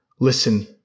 listen